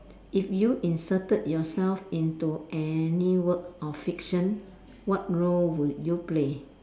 if you inserted yourself into any work of fiction what role would you play